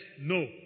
No